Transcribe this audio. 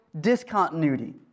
discontinuity